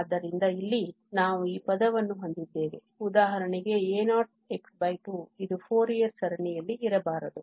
ಆದ್ದರಿಂದ ಇಲ್ಲಿ ನಾವು ಈ ಪದವನ್ನು ಹೊಂದಿದ್ದೇವೆ ಉದಾಹರಣೆಗೆ a0x2 ಇದು ಫೋರಿಯರ್ ಸರಣಿಯಲ್ಲಿ ಇರಬಾರದು